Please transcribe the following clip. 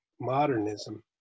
modernism